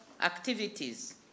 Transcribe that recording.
activities